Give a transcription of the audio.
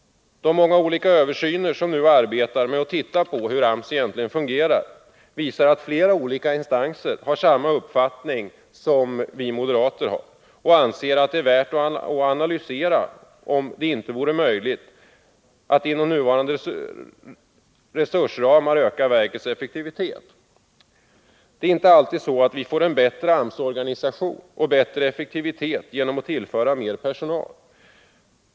De många olika översyner som nu arbetar med att se på hur AMS egentligen fungerar visar att flera olika instanser har samma uppfattning som vi moderater och anser att det är värt att analysera om det inte vore möjligt att inom nuvarande resursramar öka verkets effektivitet. Det är inte alltid så att vi får en bättre AMS-organisation och bättre effektivitet genom att tillföra mer personal.